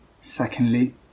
Secondly